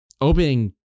opening